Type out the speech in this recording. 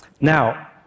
Now